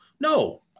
no